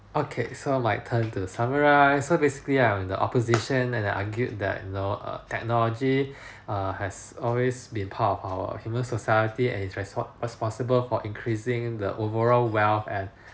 okay so my turn to summarise so basically I'm in the opposition and I argued that you know err technology err has always been part of our human society and its res~ responsible for increasing the overall wealth and